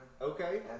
Okay